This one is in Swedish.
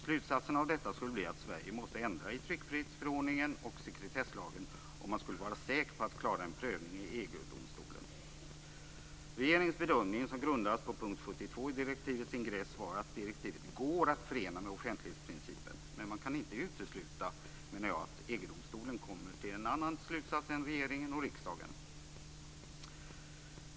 Slutsatsen av detta måste bli att Sverige måste ändra i tryckfrihetsförordningen och sekretesslagen om man skulle vara säker på att klara en prövning i EG-domstolen. Regeringens bedömning, som grundas på punkt 72 i direktivets ingress, var att direktivet går att förena med offentlighetsprincipen. Men jag menar att man inte kan utesluta att EG-domstolen kommer fram till en annan slutsats än regeringen och riksdagen.